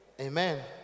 Amen